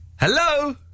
Hello